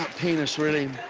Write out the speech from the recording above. penis really